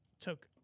took